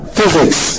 Physics